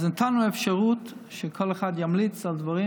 אז נתנו אפשרות שכל אחד ימליץ על דברים